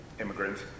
immigrants